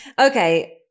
Okay